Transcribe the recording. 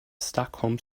stockholm